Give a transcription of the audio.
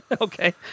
Okay